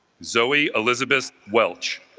zoey elizabeth welch